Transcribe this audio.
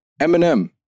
Eminem